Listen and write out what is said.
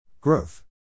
Growth